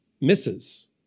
misses